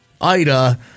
Ida